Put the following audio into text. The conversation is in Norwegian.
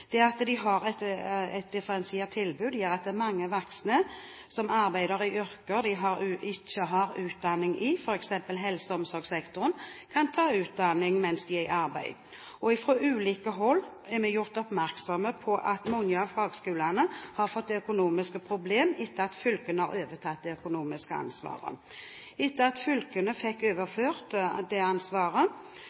At de har et differensiert tilbud, gjør at mange voksne som arbeider i yrker de ikke har utdanning i, f.eks. helse- og omsorgssektoren, kan ta utdanning mens de er i arbeid. Fra ulike hold er vi blitt gjort oppmerksom på at mange av fagskolene har fått økonomiske problemer etter at fylkene overtok det økonomiske ansvaret. Etter at fylkene fikk overført det ansvaret